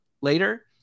later